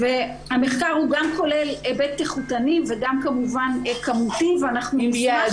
המחקר גם כולל היבט איכותני וגם כמובן כמותי ואנחנו נשמח